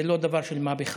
זה לא דבר של מה בכך.